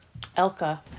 Elka